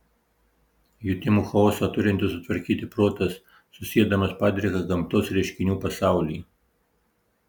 jutimų chaosą turintis sutvarkyti protas susiedamas padriką gamtos reiškinių pasaulį